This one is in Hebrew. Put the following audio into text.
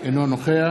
אינו נוכח